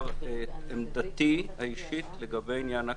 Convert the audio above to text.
את עמדתי האישית לגבי עניין הקורונה.